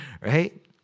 right